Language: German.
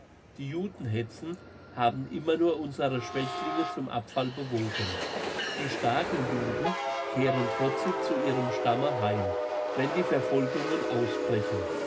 die judenhetzen haben immer nur unsere schwächlinge zum abfall bewogen die starken juden kehren trotzig zu ihrem stamme heim wenn die verfolgungen ausbrechen